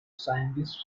scientists